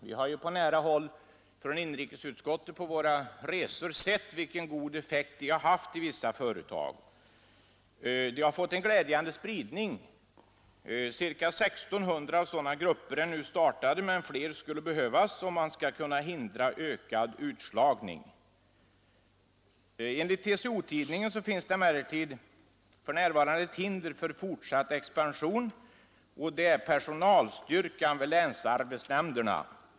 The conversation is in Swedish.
Vi i inrikesutskottet har ju under våra resor sett på nära håll vilken god effekt sådana grupper har haft i vissa företag. De har fått en glädjande spridning: ca 1600 grupper är nu startade, men fler skulle behövas för att hindra ökad utslagning. Enligt TCO-tidningen finns det emellertid för närvarande ett hinder för fortsatt expansion, och det är personalstyrkan vid länsarbetsnämnderna.